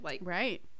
Right